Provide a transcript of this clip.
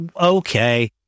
okay